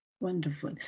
Wonderful